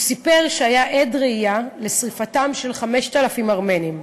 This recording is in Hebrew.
הוא סיפר שהיה עד ראייה לשרפתם של 5,000 ארמנים.